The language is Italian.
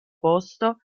posto